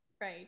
right